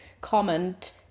comment